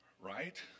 right